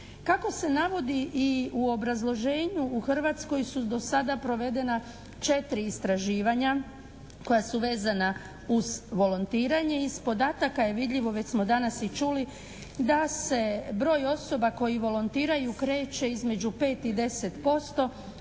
Kako se navodi i u obrazloženju u Hrvatskoj su do sada provedena 4 istraživanja koja su vezana uz volontiranje. Iz podataka je vidljivo, već smo danas i čuli, da se broj osoba koji volontiraju kreće između 5 i 10% što